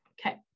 Okay